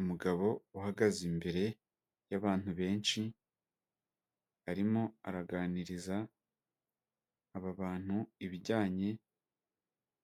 Umugabo uhagaze imbere y'abantu benshi, arimo araganiriza aba bantu ibijyanye